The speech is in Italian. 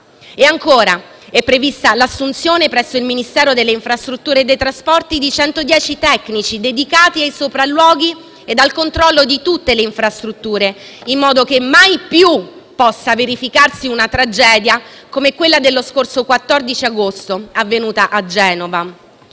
E ancora: è prevista l’assunzione presso il Ministero delle infrastrutture e dei trasporti di 110 tecnici, dedicati ai sopralluoghi ed al controllo di tutte le infrastrutture, in modo che mai più possa verificarsi una tragedia come quella dello scorso 14 agosto, avvenuta a Genova.